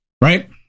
Right